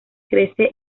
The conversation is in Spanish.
crece